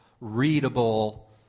readable